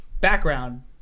background